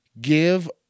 Give